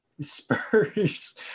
Spurs